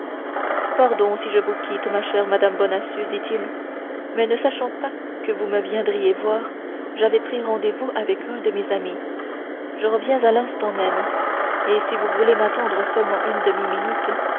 pardon si je vous quitte ma chère madame bonacieux dit-il mais ne sachant pas que vous me viendriez voir j'avais pris rendez-vous avec un de mes amis je reviens à l'instant même et si vous voulez m'attendre seulement une